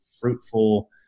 fruitful